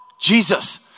Jesus